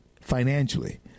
financially